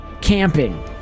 camping